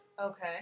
Okay